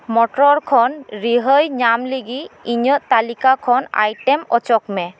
motor ᱠᱷᱚᱱ ᱨᱤᱦᱟᱹᱭ ᱧᱟᱢ ᱞᱟᱹᱜᱤᱫ ᱤᱧᱟᱹᱜ ᱛᱟᱞᱤᱠᱟ ᱠᱷᱚᱱ ᱟᱭᱴᱮᱢ ᱚᱪᱚᱜᱽ ᱢᱮ